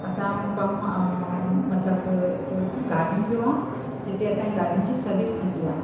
असांजो कमु मतलबु गाॾियुनि जो आहे जिते असांजी गाॾियुनि जी सर्विस थींदी आहे